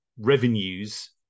revenues